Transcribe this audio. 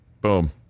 Boom